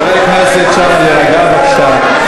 חברי הכנסת שם, להירגע בבקשה.